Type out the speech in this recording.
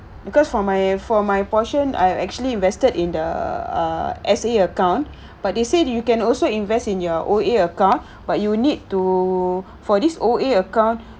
because for my for my portion I've actually invested in the ah S_A account but they say you can also invest in your O_A account but you need to for this O_A account